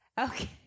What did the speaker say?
okay